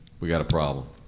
we've got a problem.